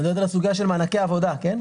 את מדברת על הסוגיה של מענקי עבודה, כן?